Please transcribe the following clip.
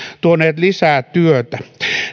tuoneet lisää työtä